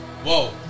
Whoa